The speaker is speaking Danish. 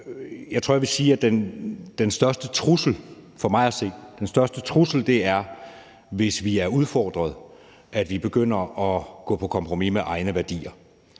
Jeg tror, jeg vil sige, at den største trussel for mig at se er, at vi, hvis vi er udfordrede, begynder at gå på kompromis med egne værdier.